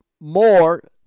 more